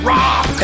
Rock